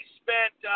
spent